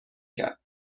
کرد